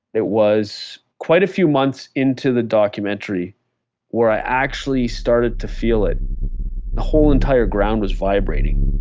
it was quite a few months into the documentary where i actually started to feel it. the whole entire ground was vibrating,